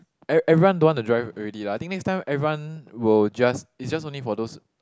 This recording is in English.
every everyone don't want to drive already lah I think next time everyone will just is just only for those